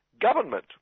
government